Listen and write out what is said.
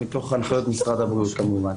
תוך הנחיות משרד הבריאות כמובן.